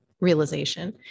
realization